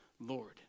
Lord